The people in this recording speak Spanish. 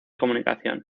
comunicación